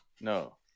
No